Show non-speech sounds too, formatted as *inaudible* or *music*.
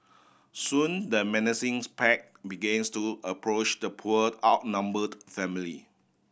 soon the menacing *unintelligible* pack begins to approach the poor outnumbered family